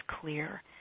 clear